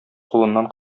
кулыннан